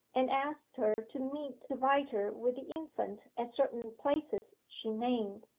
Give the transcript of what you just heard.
and asked her to meet the writer with the infant at certain places she named.